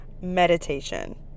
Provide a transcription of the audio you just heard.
Meditation